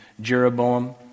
Jeroboam